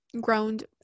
groaned